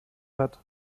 hat